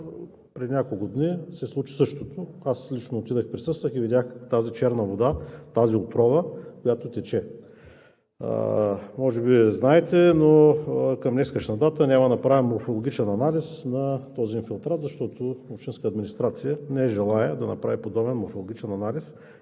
преди няколко дни се случи същото, аз лично отидох, присъствах и видях тази черна вода, тази отрова, която тече. Може би знаете, но към днешна дата няма направен морфологичен анализ на този инфилтрат, защото общинската администрация не желае да направи подобен морфологичен анализ